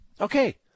Okay